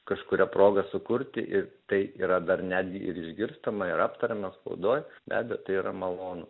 kažkuria proga sukurti ir tai yra dar netgi ir išgirstama ir aptariama spaudoj be abejo tai yra malonu